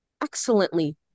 excellently